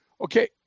Okay